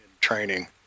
training